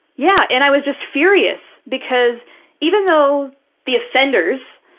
yeah. and i was just furious, because even though the offenders,